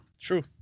True